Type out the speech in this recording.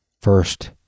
first